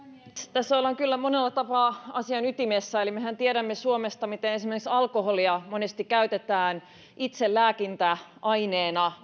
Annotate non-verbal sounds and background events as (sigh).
tässä ollaan kyllä monella tapaa asian ytimessä eli mehän tiedämme suomesta miten esimerkiksi alkoholia monesti käytetään itselääkintäaineena (unintelligible)